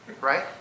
right